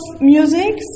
music